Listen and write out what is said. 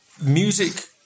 Music